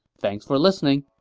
thanks for listening